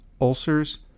ulcers